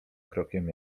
krokiem